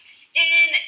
skin